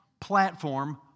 platform